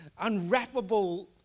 unwrappable